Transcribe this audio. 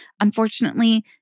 Unfortunately